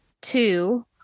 Two